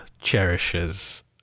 cherishes